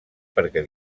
perquè